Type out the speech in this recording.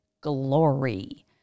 glory